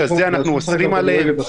בביוב?